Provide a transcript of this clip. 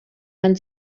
man